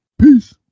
peace